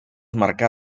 marcà